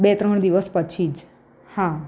બે ત્રણ દિવસ પછી જ હા